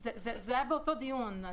זה היה באותו דיון.